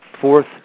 Fourth